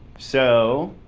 so